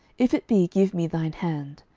if it be, give me thine hand.